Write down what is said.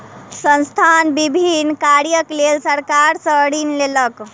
संस्थान विभिन्न कार्यक लेल सरकार सॅ ऋण लेलक